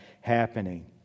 happening